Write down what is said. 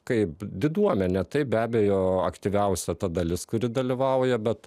kaip diduomenė taip be abejo aktyviausia ta dalis kuri dalyvauja bet